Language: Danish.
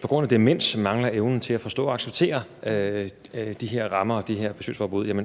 på grund af demens mangler evnen til at forstå og acceptere de her rammer og de her besøgsforbud.